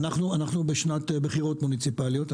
אנחנו בשנת בחירות מוניציפליות.